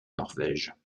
norvège